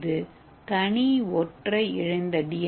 இது தனி ஒற்றை இழைந்த டி